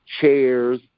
chairs